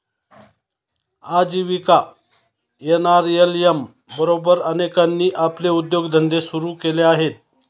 आजीविका एन.आर.एल.एम बरोबर अनेकांनी आपले उद्योगधंदे सुरू केले आहेत